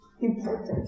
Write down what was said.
important